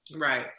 Right